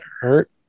hurt